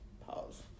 pause